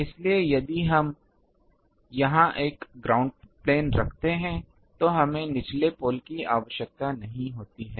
इसलिए यदि हम यहां एक ग्राउंड प्लेन रखते हैं तो हमें निचले पोल की आवश्यकता नहीं है